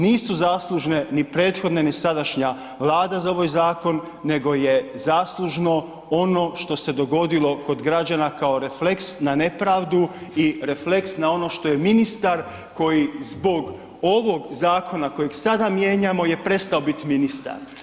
Nisu zaslužne ni prethodne ni sadašnja Vlada za ovaj zakon nego je zaslužno ono što se dogodilo kod građana kao refleks na nepravdu i refleks na ono što je ministar koji zbog ovog zakona koji sada mijenjamo je prestao biti ministar.